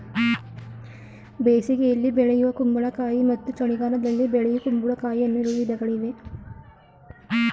ಬೇಸಿಗೆಯಲ್ಲಿ ಬೆಳೆಯೂ ಕುಂಬಳಕಾಯಿ ಮತ್ತು ಚಳಿಗಾಲದಲ್ಲಿ ಬೆಳೆಯೂ ಕುಂಬಳಕಾಯಿ ಅನ್ನೂ ಎರಡು ವಿಧಗಳಿವೆ